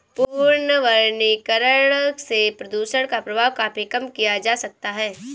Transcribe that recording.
पुनर्वनीकरण से प्रदुषण का प्रभाव काफी कम किया जा सकता है